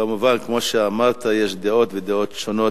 כמובן, כמו שאמרת, יש דעות, ודעות שונות.